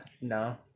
No